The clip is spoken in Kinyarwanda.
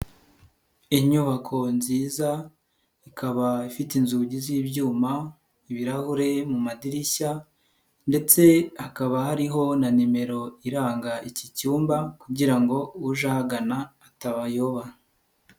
Inyubako nziza ikaba ifite inzugi z'ibyuma, ibirahure mu madirishya ndetse hakaba hariho na nimero iranga iki cyumba kugira ngo uje ahagana atabayoba.